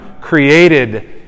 created